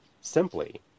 simply